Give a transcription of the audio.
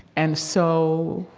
and so,